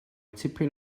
tipyn